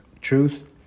truth